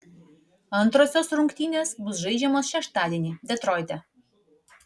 antrosios rungtynės bus žaidžiamos šeštadienį detroite